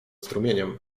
strumieniem